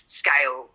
scale